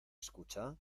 escucha